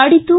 ನಾಡಿದ್ದು